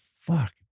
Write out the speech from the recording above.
fuck